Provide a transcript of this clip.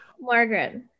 Margaret